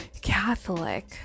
Catholic